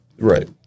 Right